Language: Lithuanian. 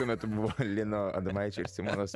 tuo metu buvo lino adomaičio ir simonos